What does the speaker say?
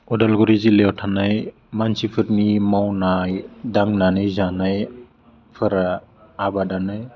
अदालगुरि जिल्लायाव थानाय मानसिफोरनि मावनाय दांनानै जानायफ्रा आबादानो